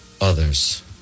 others